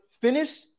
finish